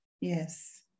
Yes